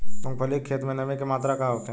मूँगफली के खेत में नमी के मात्रा का होखे?